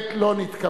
חן, חן, נא להוריד.